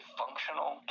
functional